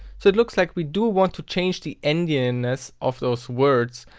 so it looks like we do want to change the endianess of those words,